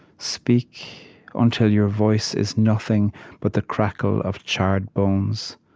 speak until your voice is nothing but the crackle of charred bones.